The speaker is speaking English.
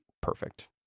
perfect